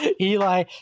Eli